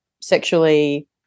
sexually